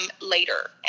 later